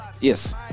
yes